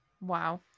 Wow